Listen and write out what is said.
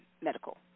medical